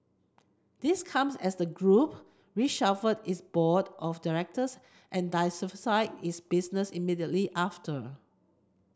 this comes as the group reshuffled its board of directors and diversified its business immediately after